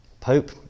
Pope